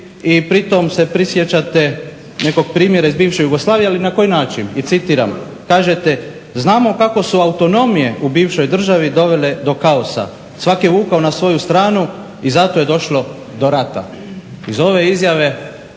i pritom se prisjećate nekog primjera iz bivše Jugoslavije, ali na koji način. I citiram, kažete: "Znamo kako su autonomije u bivšoj državi dovele do kaosa. Svako je vukao na svoju stranu i zato je došlo do rata." Iz ove izjave,